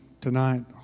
tonight